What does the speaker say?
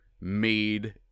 made